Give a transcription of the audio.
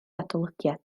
adolygiad